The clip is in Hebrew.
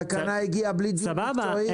שהתקנה הגיעה בלי דיון מקצועי?